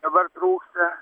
dabar trūksta